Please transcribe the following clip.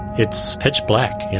it's pitch black.